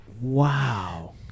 Wow